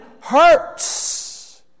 hurts